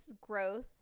growth